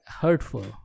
hurtful